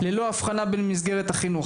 ללא הבחנה בין מסגרת החינוך.